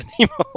anymore